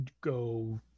Go